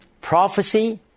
prophecy